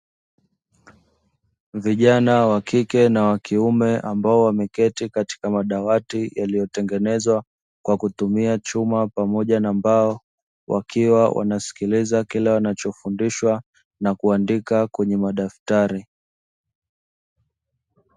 Vijana wa kike na wa kiume ambao wameketi katika madawati yaliyotengenezwa kwa kutumia chuma pamoja na mbao, wakiwa wanasikiliza kile wanachofundishwa na kuandika kwenye madaftari.